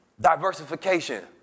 diversification